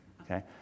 Okay